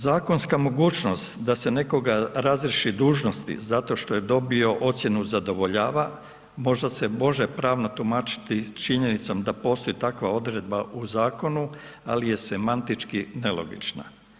Zakonska mogućnost da se nekoga razriješi dužnosti zato što je dobio ocjenu zadovoljava, možda se može pravno tumačiti činjenicom da postoji takva odredba u zakonu, ali je semantički nelogična.